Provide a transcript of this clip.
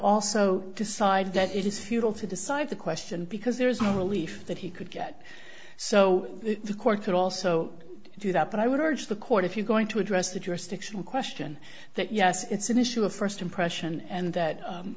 also decide that it is futile to decide the question because there is no relief that he could get so the court could also do that but i would urge the court if you're going to address the jurisdictional question that yes it's an issue of first impression and that